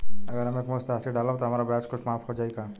अगर हम एक मुस्त राशी डालब त हमार ब्याज कुछ माफ हो जायी का?